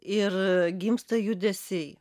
ir gimsta judesiai